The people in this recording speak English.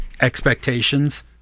expectations